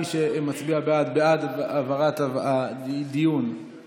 מי שמצביע בעד, בעד העברת ההצעה